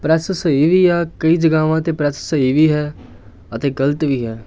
press ਸਹੀ ਵੀ ਆ ਕਈ ਜਗ੍ਹਾਵਾਂ 'ਤੇ ਪ੍ਰੈਸ ਸਹੀ ਵੀ ਹੈ ਅਤੇ ਗਲਤ ਵੀ ਹੈ